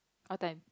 what time